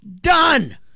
Done